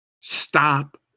Stop